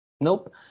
nope